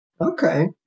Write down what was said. Okay